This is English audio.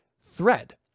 thread